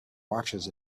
watches